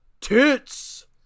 tits